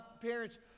parents